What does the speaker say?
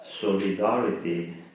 solidarity